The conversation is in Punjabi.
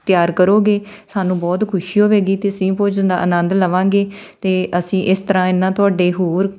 ਤਿਆਰ ਕਰੋਗੇ ਸਾਨੂੰ ਬਹੁਤ ਖੁਸ਼ੀ ਹੋਵੇਗੀ ਅਤੇ ਅਸੀਂ ਭੋਜਨ ਦਾ ਆਨੰਦ ਲਵਾਂਗੇ ਅਤੇ ਅਸੀਂ ਇਸ ਤਰ੍ਹਾਂ ਇਹ ਨਾ ਤੁਹਾਡੇ ਹੋਰ